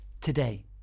Today